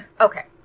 Okay